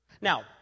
Now